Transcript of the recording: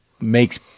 makes